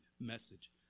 message